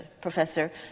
professor